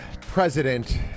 president